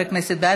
בעד,